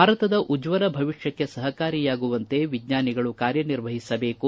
ಭಾರತದ ಉಜ್ವಲ ಭವಿಷ್ಣಕ್ಕೆ ಸಹಕಾರಿಯಾಗುವಂತೆ ವಿಜ್ಞಾನಿಗಳು ಕಾರ್ಯನಿರ್ವಹಿಸಬೇಕು